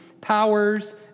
powers